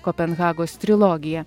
kopenhagos trilogija